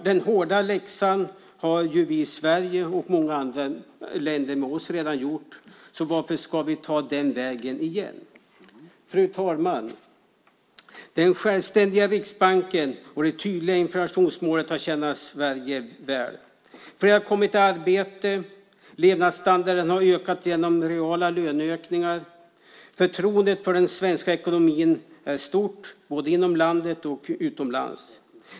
Den hårda läxan har vi i Sverige och många andra länder redan gjort, så varför ska vi ta den vägen igen? Fru talman! Den självständiga Riksbanken och det tydliga inflationsmålet har tjänat Sverige väl. Fler har kommit i arbete. Levnadsstandarden har ökat genom reala löneökningar, och förtroendet för den svenska ekonomin är stort, både inom landet och utomlands.